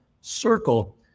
circle